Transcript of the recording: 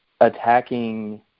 attacking